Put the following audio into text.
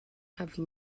have